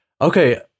Okay